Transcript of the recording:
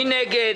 מי נגד?